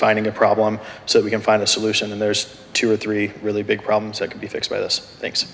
finding a problem so we can find a solution and there's two or three really big problems that could be fixed by this th